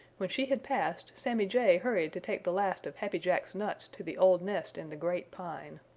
when she had passed, sammy jay hurried to take the last of happy jack's nuts to the old nest in the great pine.